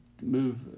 Move